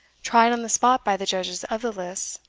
tried on the spot by the judges of the lists,